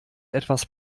etwas